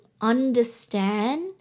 understand